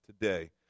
today